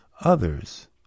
others